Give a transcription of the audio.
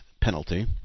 penalty